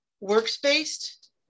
works-based